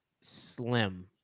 slim